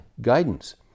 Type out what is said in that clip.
guidance